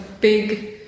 big